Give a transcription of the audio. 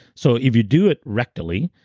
so if you do it rectally,